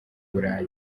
buraya